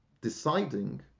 deciding